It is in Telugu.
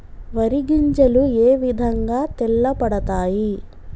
వరి గింజలు ఏ విధంగా తెల్ల పడతాయి?